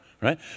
right